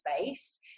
space